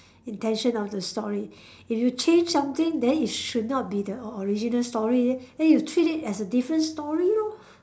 intention of the story if you change something then it should not be the o~ original story then then you treat it as a different story lor